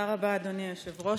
תודה רבה, אדוני היושב-ראש.